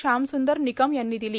श्यामसूंदर निकम यांनी दिली